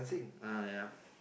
uh ya